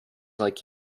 like